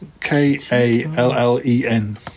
K-A-L-L-E-N